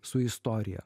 su istorija